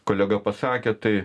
kolega pasakė tai